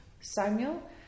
Samuel